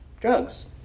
Drugs